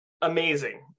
amazing